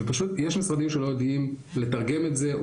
ופשוט יש משרדים שלא יודעים לתרגם את זה,